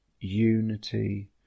unity